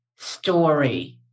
story